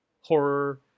horror